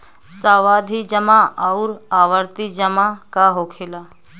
सावधि जमा आउर आवर्ती जमा का होखेला?